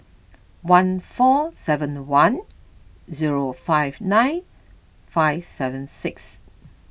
one four seven one zero five nine five seven six